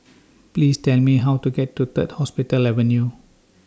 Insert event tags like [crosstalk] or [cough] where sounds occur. [noise] Please Tell Me How to get to Third Hospital Avenue